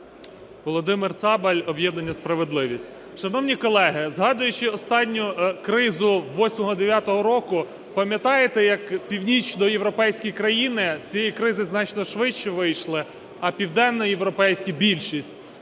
Володимир Цабаль, об'єднання "Справедливість". Шановні колеги, згадуючи останню кризу восьмого-дев'ятого року, пам'ятаєте, як північноєвропейські країни з цієї кризи значно швидше вийшли, а південно-європейські, більшість,